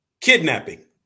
Kidnapping